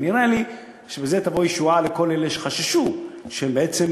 יבוא 'סיוע למשפחות שבראשן הורה עצמאי'".